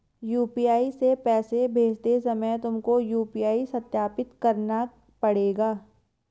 UPI से पैसे भेजते समय तुमको यू.पी.आई सत्यापित करने कहेगा